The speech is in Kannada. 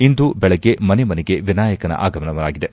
ಇಂದು ಬೆಳಗ್ಗೆ ಮನೆ ಮನೆಗೆ ವಿನಾಯಕನ ಆಗಮನವಾಗಿದೆ